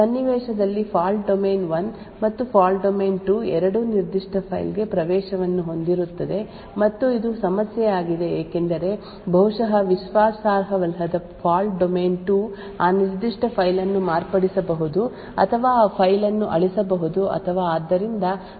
ಸನ್ನಿವೇಶದಲ್ಲಿ fault domain 1 ಮತ್ತು fault domain 2 ಎರಡೂ ನಿರ್ದಿಷ್ಟ ಫೈಲ್ ಗೆ ಪ್ರವೇಶವನ್ನು ಹೊಂದಿರುತ್ತದೆ ಮತ್ತು ಇದು ಸಮಸ್ಯೆಯಾಗಿದೆ ಏಕೆಂದರೆ ಬಹುಶಃ ವಿಶ್ವಾಸಾರ್ಹವಲ್ಲದ ಫಾಲ್ಟ್ ಡೊಮೇನ್ 2 ಆ ನಿರ್ದಿಷ್ಟ ಫೈಲ್ ಅನ್ನು ಮಾರ್ಪಡಿಸಬಹುದು ಅಥವಾ ಆ ಫೈಲ್ ಅನ್ನು ಅಳಿಸಬಹುದು ಮತ್ತು ಆದ್ದರಿಂದ ನಾವು ಅಂತಹ ವಿಷಯ ಇಲ್ಲದಿರುವಲ್ಲಿ ಯಾಂತ್ರಿಕ ವ್ಯವಸ್ಥೆಯನ್ನು ಹೊಂದಿರಬೇಕು